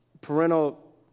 parental